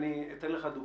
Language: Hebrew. אתן לך דוגמה: